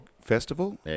festival